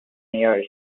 years